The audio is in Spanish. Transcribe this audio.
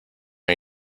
hay